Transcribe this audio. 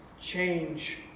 Change